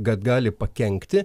kad gali pakenkti